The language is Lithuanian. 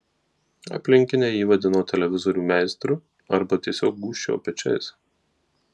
aplinkiniai jį vadino televizorių meistru arba tiesiog gūžčiojo pečiais